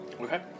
Okay